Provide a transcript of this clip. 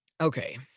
Okay